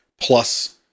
plus